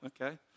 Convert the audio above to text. okay